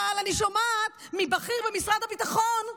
אבל אני שומעת בכיר במשרד הביטחון,